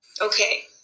okay